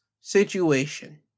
situation